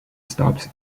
stops